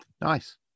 Nice